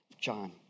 John